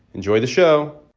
enjoy the show